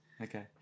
okay